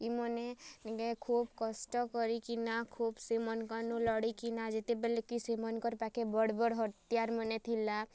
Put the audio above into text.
ଇମାନେ ନିକେ ଖୁବ୍ କଷ୍ଟ କରିକିନା ଖୁବ୍ ସେମାନଙ୍କ ନୁ ଲଢ଼ି କିନା ଯେତେବେଲେ କି ସେମାନଙ୍କର ପାଖେ ବଡ଼୍ ବଡ଼୍ ହତିଆର ମାନେ ଥିଲା